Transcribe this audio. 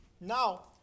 Now